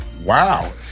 Wow